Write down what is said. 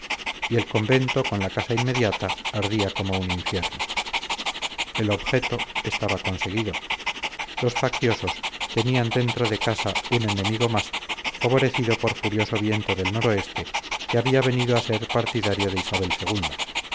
y el convento con la casa inmediata ardía como un infierno el objeto estaba conseguido los facciosos tenían dentro de casa un enemigo más favorecido por furioso viento del noroeste que había venido a ser partidario de isabel